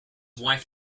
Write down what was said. wife